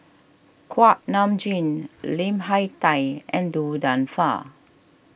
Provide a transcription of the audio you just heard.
Kuak Nam Jin Lim Hak Tai and Du Nanfa